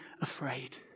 afraid